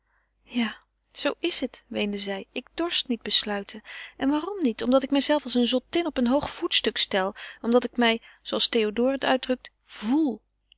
ja zoo is het weende zij ik dorst niet besluiten en waarom niet omdat ik mijzelve als een zottin op een hoog voetstuk stel omdat ik mij zooals théodore het uitdrukt voel